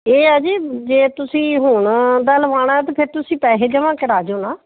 ਇਹ ਆ ਜੀ ਜੇ ਤੁਸੀਂ ਹੁਣ ਦਾ ਲਵਾਉਣਾ ਤਾਂ ਫਿਰ ਤੁਸੀਂ ਪੈਸੇ ਜਮਾਂ ਕਰਾ ਜਾਓ ਨਾ